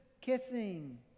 kissing